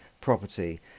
property